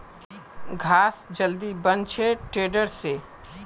घास जल्दी बन छे टेडर से